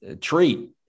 treat